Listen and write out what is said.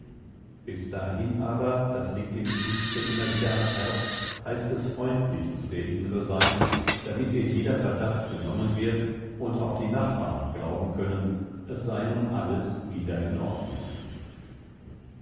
bis dahin aber das legt ihm busze immer wieder ans herz heißt es freundlich zu der indre sein damit ihr jeder verdacht genommen wird und auch die nachbarn glauben können es sei nun alles wieder in ordnung